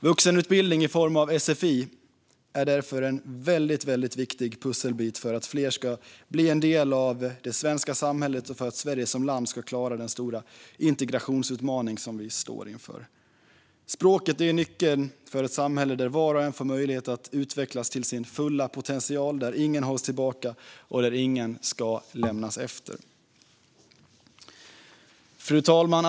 Vuxenutbildning i form av sfi är därför en väldigt viktig pusselbit när det gäller att fler ska bli en del av det svenska samhället och att Sverige som land ska klara den stora integrationsutmaning som vi står inför. Språket är nyckeln för ett samhälle där var och en får möjlighet att utvecklas till sin fulla potential, där ingen hålls tillbaka och där ingen ska lämnas efter. Fru talman!